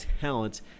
talent